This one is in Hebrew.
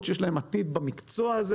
עתיד במקצוע הזה,